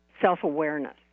self-awareness